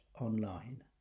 online